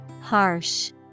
Harsh